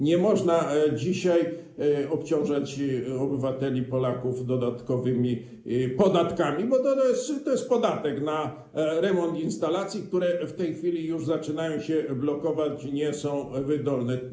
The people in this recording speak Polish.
Nie można dzisiaj obciążać obywateli, Polaków, dodatkowymi podatkami, bo to jest podatek na remont instalacji, które w tej chwili już zaczynają się blokować, nie są wydolne.